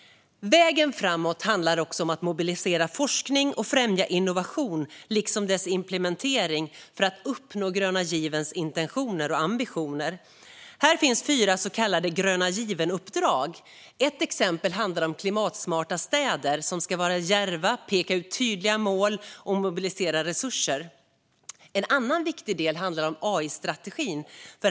Vägen framåt handlar också om att mobilisera forskning och främja innovation liksom dess implementering för att uppnå den gröna givens intentioner och ambitioner. Här finns fyra så kallade gröna-given-uppdrag. Ett exempel handlar om klimatsmarta städer som ska vara djärva, peka ut tydliga mål och mobilisera resurser. En annan viktig del handlar om AI-strategin.